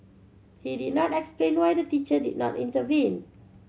he did not explain why the teacher did not intervene